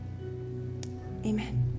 Amen